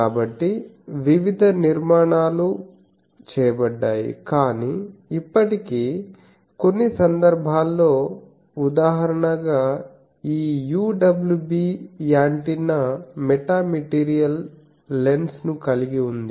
కాబట్టివివిధ నిర్మాణాలు చేయబడ్డాయి కానీ ఇప్పటికీ కొన్ని సందర్భాల్లో ఉదాహరణ గా ఈ UWB యాంటెన్నా మెటామెటీరియల్ లెన్స్ ని కలిగి ఉంది